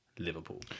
Liverpool